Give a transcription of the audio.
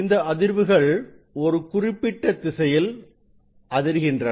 இந்த அதிர்வுகள் ஒரு குறிப்பிட்ட திசையில் அதிர்கின்றன